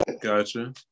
Gotcha